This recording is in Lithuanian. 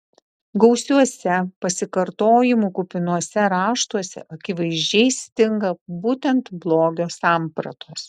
gausiuose pasikartojimų kupinuose raštuose akivaizdžiai stinga būtent blogio sampratos